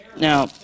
Now